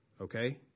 Okay